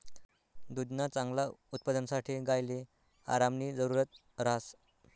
दुधना चांगला उत्पादनसाठे गायले आरामनी जरुरत ह्रास